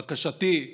בקשתי היא